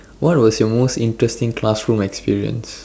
what was your most interesting classroom experience